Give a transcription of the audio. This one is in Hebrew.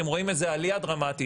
אתם רואים איזה עלייה דרמטית,